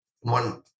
one